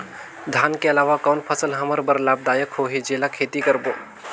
धान के अलावा कौन फसल हमर बर लाभदायक होही जेला खेती करबो?